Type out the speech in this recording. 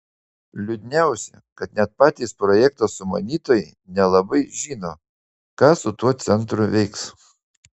liūdniausia kad net patys projekto sumanytojai nelabai žino ką su tuo centru veiks